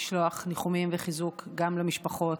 לשלוח ניחומים וחיזוק גם למשפחות,